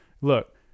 look